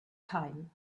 time